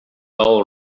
all